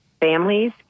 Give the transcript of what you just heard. families